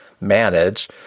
manage